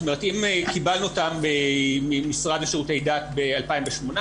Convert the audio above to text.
אם קיבלנו אותם ממשרד לשירותי דת ב-2018,